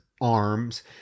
arms